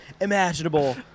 imaginable